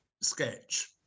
sketch